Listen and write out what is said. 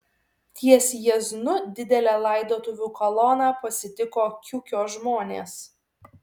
ties jieznu didelę laidotuvių koloną pasitiko kiukio žmonės